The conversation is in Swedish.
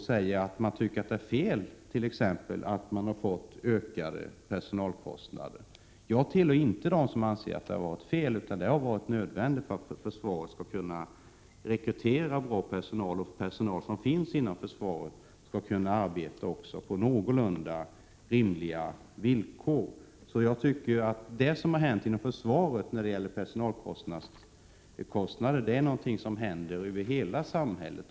säga att man tycker att det är fel att försvaret har fått ökade personalkostnader. Jag tillhör inte dem som anser att det är fel, utan jag anser att det har varit nödvändigt med höjda löner och ersättningar för att kunna rekrytera bra personal till försvaret och för att den personal som finns inom försvaret skall kunna arbeta på någorlunda rimliga villkor. Det som har hänt inom försvaret när det gäller personalkostnader har hänt över hela samhället.